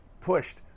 pushed